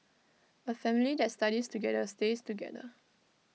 A family that studies together stays together